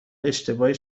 اشتباهی